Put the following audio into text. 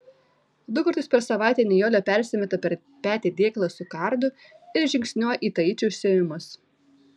du kartus per savaitę nijolė persimeta per petį dėklą su kardu ir žingsniuoja į taiči užsiėmimus